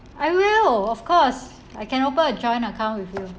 I will of course I can open a joint account with you